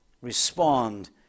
respond